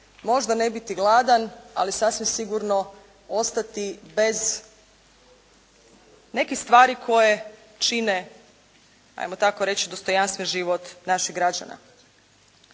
možda ne biti gladan, ali sasvim sigurno ostati bez nekih stvari koje čine, ajmo tako reći dostojanstven život naših građana.